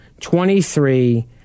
twenty-three